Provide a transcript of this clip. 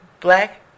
black